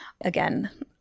Again